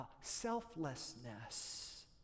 selflessness